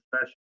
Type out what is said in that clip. special